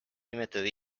nimetatud